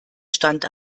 stand